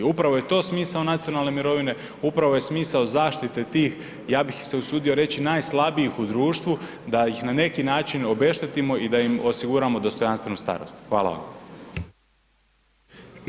Upravo je to smisao nacionalne mirovine, upravo je smisao zaštite tih, ja bih se usudio reći, najslabijih društvu, da ih na neki način obeštetimo i da im osiguramo dostojanstvenu starost, hvala vam.